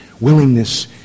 willingness